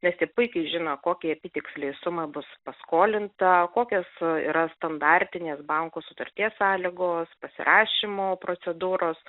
nes jie puikiai žino kokia apytiksliai suma bus paskolinta kokios yra standartinės bankų sutarties sąlygos pasirašymo procedūros